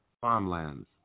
farmlands